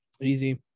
Easy